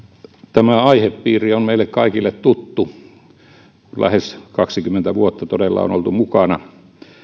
tämä aihepiiri on meille kaikille tuttu kun lähes kaksikymmentä vuotta todella on oltu mukana